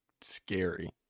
scary